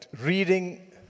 reading